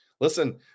Listen